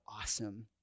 awesome